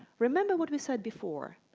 remember what we said before.